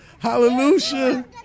hallelujah